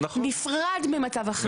הוא נפרד עכשיו ממצב החירום.